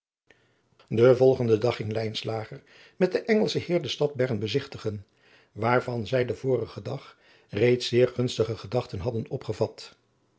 den volgenden dag ging lijnslager met den engelschen heer de stad bern bezigtigen waarvan zij den vorigen dag reeds zeer gunstige gedachten hadden opgevat